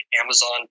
amazon